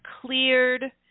cleared